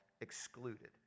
excluded